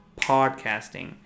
podcasting